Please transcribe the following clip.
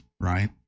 right